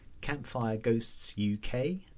campfireghostsuk